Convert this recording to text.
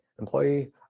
employee